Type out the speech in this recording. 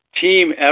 Team